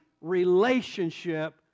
relationship